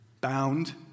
bound